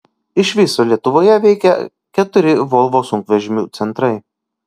iš viso lietuvoje veikia keturi volvo sunkvežimių centrai